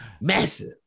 Massive